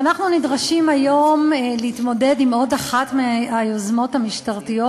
ואנחנו נדרשים היום להתמודד עם עוד אחת מהיוזמות המשטרתיות,